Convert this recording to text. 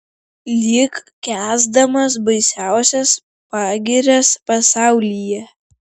lyg kęsdamas baisiausias pagirias pasaulyje